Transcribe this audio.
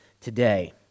today